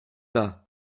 pas